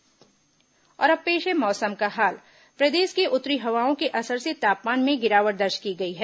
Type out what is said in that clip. मौसम और अब पेश है मौसम का हाल प्रदेश में उत्तरी हवाओं के असर से तापमान में गिरावट दर्ज की गई है